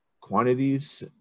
quantities